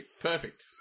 perfect